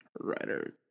writer